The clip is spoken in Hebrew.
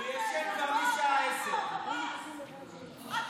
הוא ישן כבר משעה 22:00. אלמוג,